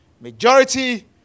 Majority